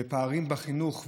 הפערים בחינוך.